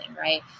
right